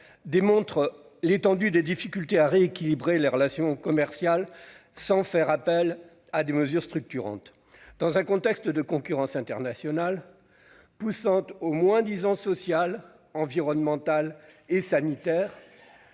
montre qu'il est difficile de rééquilibrer les relations commerciales sans faire appel à des mesures structurantes. Dans un contexte de concurrence internationale, poussant au moins-disant social, environnemental et sanitaire,